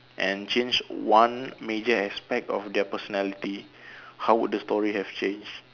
and change one major aspect of their personality how would the story have changed